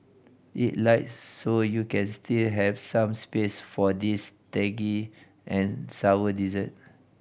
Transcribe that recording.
eat light so you can still have some space for this tangy and sour dessert